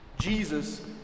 Jesus